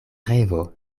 revo